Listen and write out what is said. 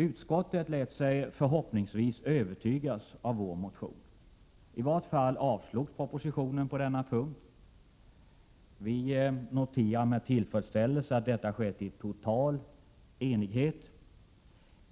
Utskottet lät sig förhoppningsvis övertygas av vår motion. I vart fall avstyrktes propositionens förslag på denna punkt. Vi noterar med tillfredsställelse att detta skett i total enighet.